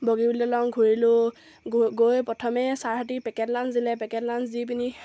বগীবিল দলং ঘূৰিলোঁ গৈ প্ৰথমে ছাৰহঁতে পেকেট লাঞ্চ দিলে পেকেট লাঞ্চ দি পিনি